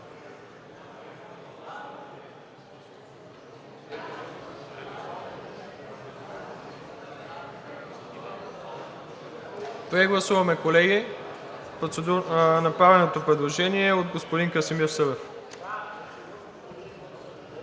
Прегласуваме, колеги, направеното предложение от господин Красимир Събев.